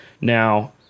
Now